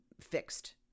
fixed